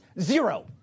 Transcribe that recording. Zero